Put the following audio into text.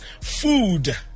food